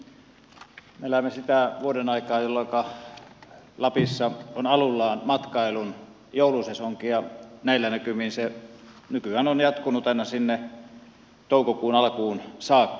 me elämme sitä vuodenaikaa jolloinka lapissa on alullaan matkailun joulusesonki ja näillä näkymin se on nykyään jatkunut aina sinne toukokuun alkuun saakka